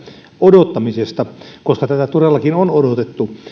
odottamisesta koska tätä todellakin on odotettu